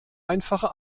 einfache